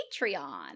Patreon